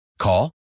Call